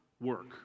work